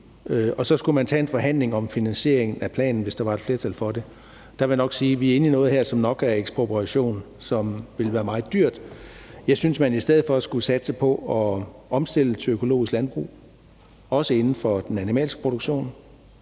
Og så skulle man tage en forhandling om finansieringen af planen, hvis der var et flertal for det. Der vil jeg sige, at vi er inde i noget her, som nok er ekspropriation, og som vil være meget dyrt. Jeg synes, man i stedet for skulle satse på at omstille til økologisk landbrug, også inden for den animalske produktion.